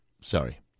sorry